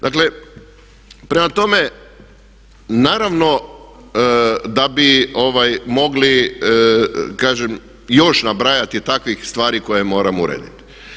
Dakle prema tome, naravno da bi mogli kažem još nabrajati takvih stvari koje moramo urediti.